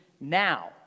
now